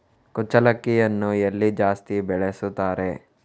ಕುಚ್ಚಲಕ್ಕಿಯನ್ನು ಎಲ್ಲಿ ಜಾಸ್ತಿ ಬೆಳೆಸುತ್ತಾರೆ?